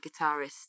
guitarist